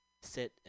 Sit